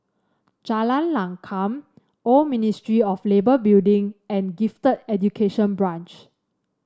Jalan Lakum Old Ministry of Labour Building and Gifted Education Branch